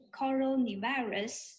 coronavirus